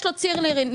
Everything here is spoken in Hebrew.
יש להם ציר לינארי.